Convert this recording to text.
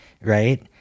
right